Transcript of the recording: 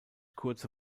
kurze